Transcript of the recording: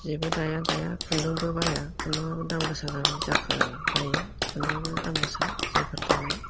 जिबो दाया दाया खुन्दु़बो बाया खुन्दुंआबो दाम गोसा जाबाय खुन्दुं दामगोसा जायफोर दाबाय